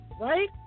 Right